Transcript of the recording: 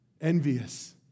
Envious